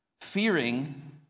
fearing